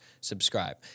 subscribe